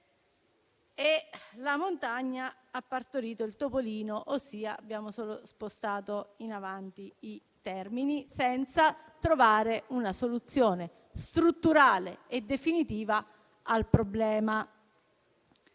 La montagna ha partorito il topolino, ossia abbiamo solo spostato in avanti i termini, senza trovare una soluzione strutturale e definitiva al problema.